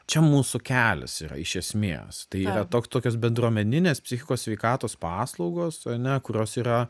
čia mūsų kelias yra iš esmės tai yra tok tokios bendruomeninės psichikos sveikatos paslaugos ane kurios yra